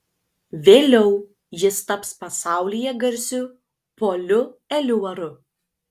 vėliau jis taps pasaulyje garsiu poliu eliuaru